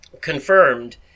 confirmed